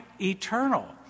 eternal